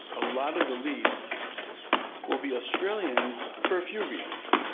a lot of the leads will be australians, for a few reasons.